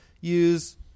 use